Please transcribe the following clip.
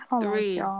Three